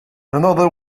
another